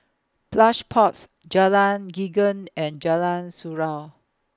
Plush Pods Jalan Geneng and Jalan Surau